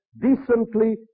decently